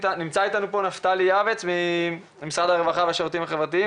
נפתלי יעבץ ממשרד הרווחה והשירותים החברתיים,